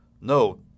No